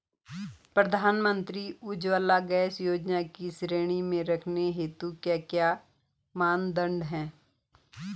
प्रधानमंत्री उज्जवला गैस योजना की श्रेणी में रखने हेतु क्या क्या मानदंड है?